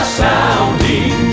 sounding